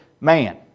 man